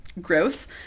gross